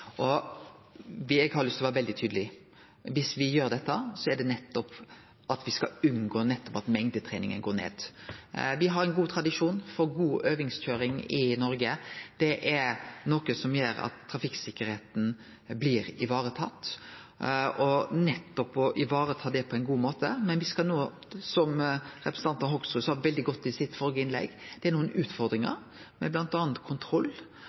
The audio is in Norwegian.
Eg har lyst til å vere veldig tydeleg: Viss me gjer dette, er det nettopp for at me skal unngå at mengdetreninga går ned. Me har ein god tradisjon for god øvingskøyring i Noreg. Det er noko som gjer at trafikksikkerheita blir varetatt. Me må vareta det på ein god måte. Men det er, som representanten Hoksrud sa veldig godt i sitt førre innlegg, nokre utfordringar med bl.a. kontroll. Det vil me sjå på, og eg lovar at om me kjem med